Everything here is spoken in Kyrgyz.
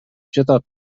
жатат